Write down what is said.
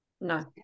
No